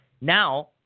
Now –